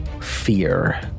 fear